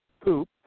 Poop